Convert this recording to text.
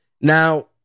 Now